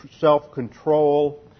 self-control